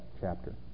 chapter